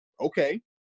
okay